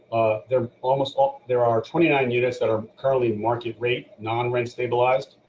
they're almost all there are twenty nine units that are currently market rate non rent stabilized.